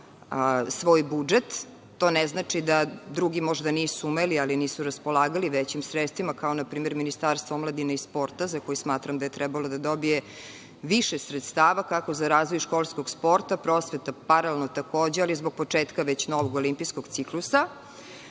svoj budžet, to ne znači da drugi možda nisu umeli, ali nisu raspolagali većim sredstvima, kao npr. Ministarstvo omladine i sporta za koje smatram da je trebalo da dobije više sredstava, kako za razvoj školskog sporta, prosveta paralelno takođe, ali zbog početka novog olimpijskog ciklusa,